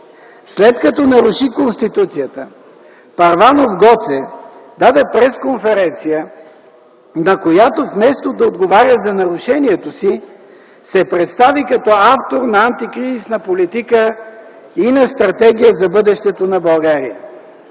След като наруши Конституцията, Първанов-Гоце даде пресконференция, на която вместо да отговаря за нарушението си, се представи като автор на антикризисна политика и на стратегия за бъдещето на България.